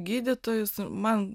gydytojus man